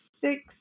six